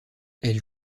elle